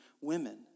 women